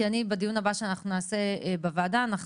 כי בדיון הבא שאנחנו נעשה בוועדה אנחנו